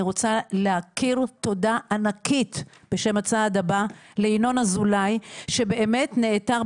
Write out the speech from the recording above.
אני רוצה להכיר תודה ענקית בשם 'הצעד הבא' ליינון אזולאי שבאמת נעתר.